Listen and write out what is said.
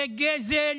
זה גזל